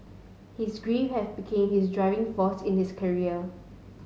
his grief had become his driving force in his career